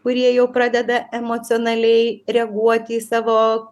kurie jau pradeda emocionaliai reaguoti į savo